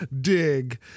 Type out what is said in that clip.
dig